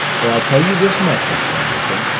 well, i'll tell you this much, mr. anderson,